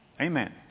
Amen